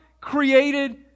created